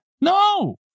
No